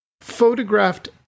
photographed